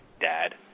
Dad